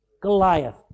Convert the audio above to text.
Goliath